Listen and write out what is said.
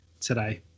today